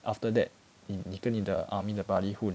after that 你跟你的 army 的 buddy 混